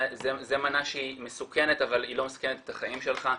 זו מנה שהיא מסוכנת אבל לא מסכנת את החיים שלך,